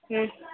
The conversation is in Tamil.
ம்